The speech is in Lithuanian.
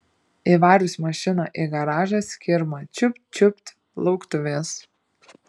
įvarius mašiną į garažą skirma čiupt čiupt lauktuvės